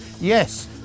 Yes